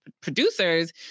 producers